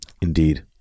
Indeed